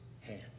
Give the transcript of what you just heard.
hand